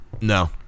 No